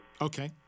Okay